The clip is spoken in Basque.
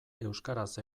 euskaraz